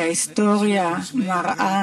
שכן ההיסטוריה מראה